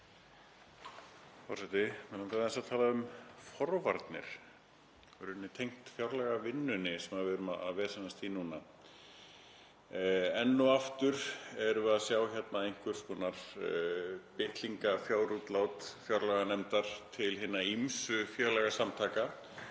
Forseti. Mig langaði aðeins að tala um forvarnir, í rauninni tengt fjárlagavinnunni sem við erum að vesenast í núna. Enn og aftur erum við að sjá einhvers konar bitlingafjárútlát fjárlaganefndar til hinna ýmsu félagasamtaka,